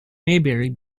maybury